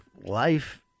life